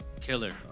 Killer